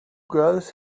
girls